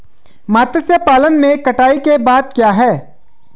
मत्स्य पालन में कटाई के बाद क्या है?